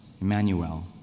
Emmanuel